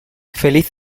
feliz